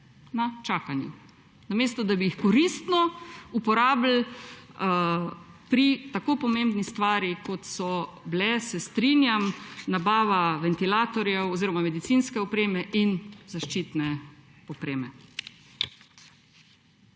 Na čakanju. Namesto da bi jih koristno uporabili pri tako pomembni stvari, kot je bila, se strinjam, nabava ventilatorjev oziroma medicinske opreme in zaščitne opreme.